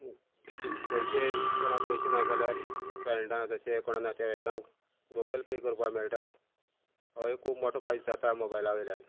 पयशे कोणाक पयशे ना जाल्यार फ्रेंडा जशे कोणा नातेवाईकांक गुगल पे करपाक मेळटा हो एक खूब मोटो फायदो जाता मोबायला वयल्यान